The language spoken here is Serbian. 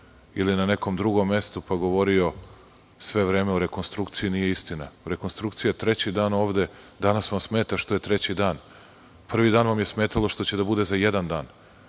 ili na nekom drugom mestu, pa govorio sve vreme o rekonstrukciji. To nije istina, rekonstrukcija je treći dan ovde. Danas vam smeta što je treći dan, a prvi dan vam je smetalo što će da bude za jedan dan.